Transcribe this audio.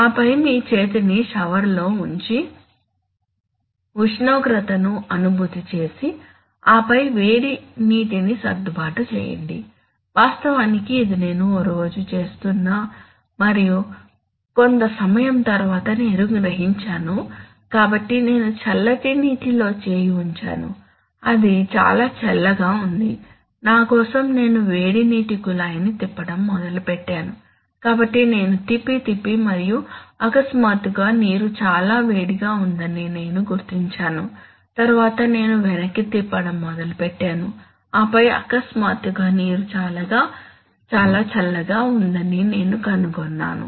ఆపై మీ చేతిని షవర్లో ఉంచి ఉష్ణోగ్రతను అనుభూతి చేసి ఆపై వేడి నీటిని సర్దుబాటు చేయండి వాస్తవానికి ఇది నేను ఒక రోజు చేస్తున్నాను మరియు కొంత సమయం తరువాత నేను గ్రహించాను కాబట్టి నేను చల్లటి నీటిలో చేయి ఉంచాను అది చాలా చల్లగా ఉంది నా కోసం నేను వేడి నీటి కుళాయిని తిప్పడం మొదలుపెట్టాను కాబట్టి నేను తిప్పి తిప్పి మరియు అకస్మాత్తుగా నీరు చాలా వేడిగా ఉందని నేను గుర్తించాను తరువాత నేను వెనక్కి తిప్పడం మొదలుపెట్టాను ఆపై అకస్మాత్తుగా నీరు చాలా చల్లగా ఉందని నేను కనుగొన్నాను